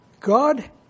God